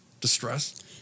distress